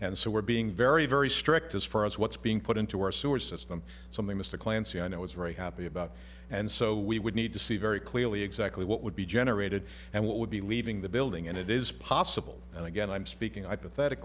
and so we're being very very strict as far as what's being put into our sewer system something mr clancy i know is very happy about and so we would need to see very clearly exactly what would be generated and what would be leaving the building and it is possible and again i'm speaking i pathetic